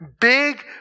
Big